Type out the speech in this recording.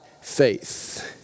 faith